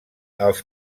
els